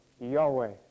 Yahweh